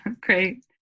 great